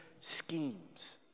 schemes